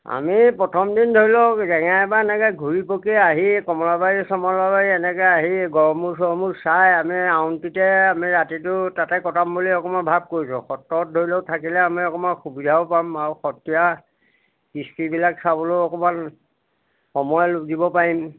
আমি প্ৰথম দিন ধৰি লওক জেংৰাইৰ পৰা এনেকে ঘূৰি পকি আহি কমলাবাৰী চমলাবাৰী এনেকে আহি গড়মূৰ চৰমুৰ চাই আমি আউনীআটীতে আমি ৰাতিটো তাতে কটাম বুলি অকমান ভাৱ কৰিছোঁ সত্ৰত ধৰি লওক থাকিলে আমি অকমান সুবিধাও পাম আৰু সত্ৰীয়া কৃষ্টিবিলাক চাবলৈও অকমান সময় দিব পাৰিম